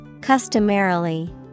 Customarily